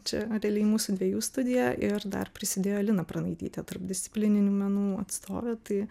čia realiai mūsų dviejų studija ir dar prisidėjo lina pranaitytė tarpdisciplininių menų atstovė tai